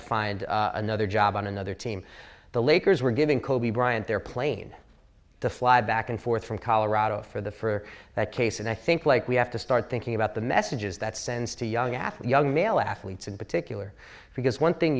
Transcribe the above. to find another job on another team the lakers were giving kobe bryant their plane to fly back and forth from colorado for the for that case and i think like we have to start thinking about the messages that sends to young athlete young male athletes in particular because one thing